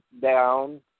down